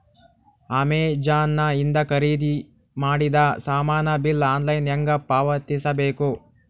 Amazon ಇಂದ ಖರೀದಿದ ಮಾಡಿದ ಸಾಮಾನ ಬಿಲ್ ಆನ್ಲೈನ್ ಹೆಂಗ್ ಪಾವತಿಸ ಬೇಕು?